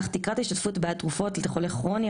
אך תקרת ההשתתפות בעד תרופות לחולה כרוני,